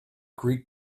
greek